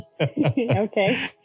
Okay